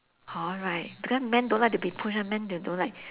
hor right because men don't like to be push one men they don't like